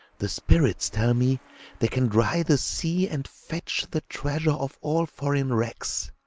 the spirits tell me they can dry the sea, and fetch the treasure of all foreign wrecks,